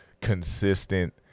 consistent